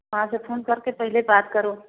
हाँ तो फ़ोन करके पहले बात करो